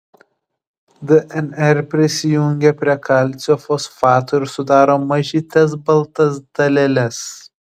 dnr prisijungia prie kalcio fosfato ir sudaro mažytes baltas daleles